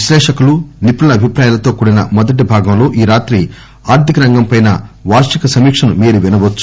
విశ్లేషకులు నిపుణుల అభిప్రాయాలతో కూడిన మొదట భాగంలో ఈ రాత్రి ఆర్దిక రంగంపై వార్షిక సమీక్షను మీరు వినవచ్చు